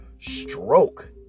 stroke